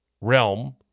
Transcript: realm